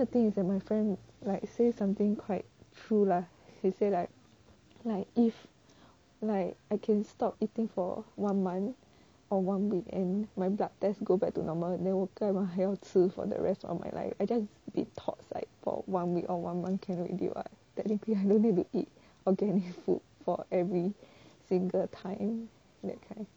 the thing is that my friend like say something quite true lah she say like if like I can stop eating for one month or one week and my blood test go back to normal then 我干嘛还要吃 for the rest of my life I just detox like for one week or one month can already [what] technically I don't need to eat organic food for every single time